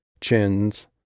chins